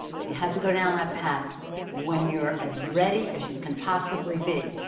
but you have to go down that path when you're as ready as you can possibly be.